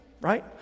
right